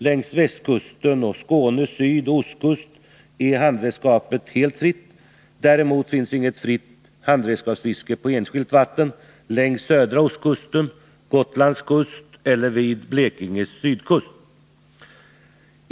Längs västkusten och Skånes sydoch ostkust är handredskapet helt fritt, däremot finns inget fritt handredskapsfiske på enskilt vatten längs södra ostkusten, Gotlands kust eller vid Blekinges sydkust.